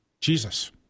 Jesus